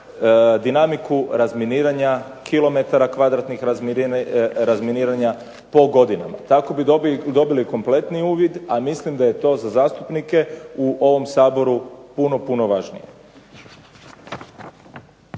dinamiku razminiranja kilometara kvadratnih, razminiranja po godinama. Tako bi dobili kompletniji uvid a mislim da je to za zastupnike u ovom Saboru puno, puno važnije.